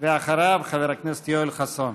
ואחריו, חבר הכנסת יואל חסון.